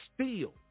steal